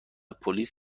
پلیس